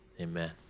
Amen